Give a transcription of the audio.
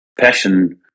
passion